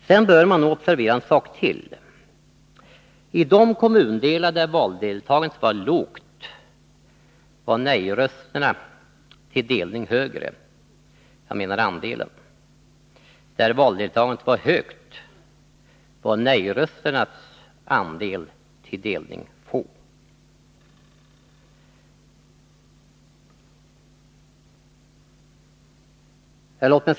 Sedan bör man nog observera en sak till. I de kommundelar där valdeltagandet var lågt var det en större andel som röstade nej till delning. Där valdeltagandet var högt var det en mindre andel som röstade nej till delning. Fru talman!